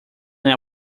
than